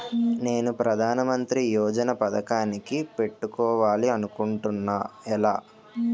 నేను ప్రధానమంత్రి యోజన పథకానికి పెట్టుకోవాలి అనుకుంటున్నా ఎలా?